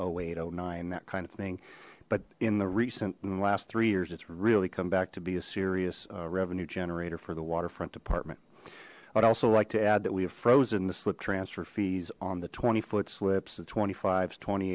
oh a toe nine that kind of thing but in the recent in the last three years it's really come back to be a serious revenue generator for the waterfront department i'd also like to add that we have frozen the slip transfer fees on the twenty foot slips the twenty five twenty